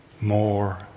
more